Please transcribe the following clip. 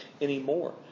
anymore